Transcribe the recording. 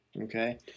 Okay